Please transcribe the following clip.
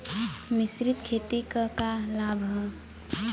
मिश्रित खेती क का लाभ ह?